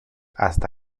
hasta